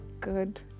good